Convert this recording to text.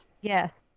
Yes